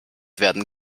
werden